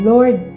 Lord